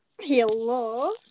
Hello